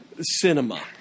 cinema